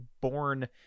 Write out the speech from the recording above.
born